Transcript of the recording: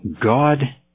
God